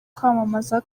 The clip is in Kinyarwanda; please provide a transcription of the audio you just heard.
kwamamaza